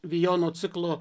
vijono ciklo